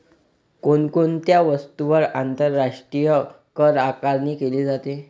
कोण कोणत्या वस्तूंवर आंतरराष्ट्रीय करआकारणी केली जाते?